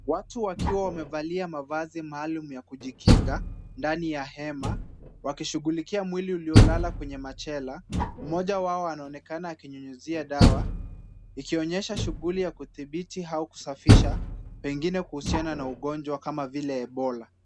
Watu wakiwa wamevalia mavazi maalum ya kujikinga, ndani ya hema . Wakishughulikia mwili uliolala kwenye machela, mmoja wao anaonekana akinyunyiza dawa, ikionyesha shughuli ya kudhibiti au kusafisha, pengine kuhusiana na ugonjwa kama vile ebola.